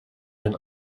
and